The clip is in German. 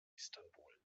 istanbul